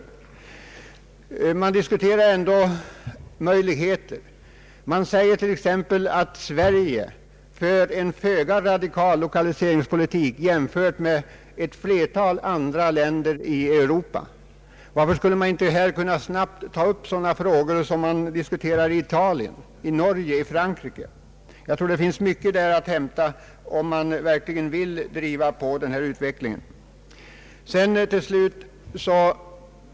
Utredningen diskuterar ändå vissa möjligheter. Man säger t.ex. att Sverige för en föga radikal lokaliseringspolitik jämfört med ett flertal andra länder i Europa. Varför skulle man inte här snabbt ta upp sådana frågor som diskuteras i Italien, Norge och Frankrike? Jag tror att det där finns mycket att hämta om man verkligen vill driva på denna utveckling.